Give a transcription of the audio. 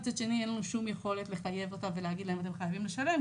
מצד שני אין לנו שום יכולת לחייב אותם ולהגיד להם אתם חייבים לשלם.